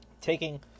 Taking